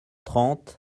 trente